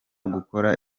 gukora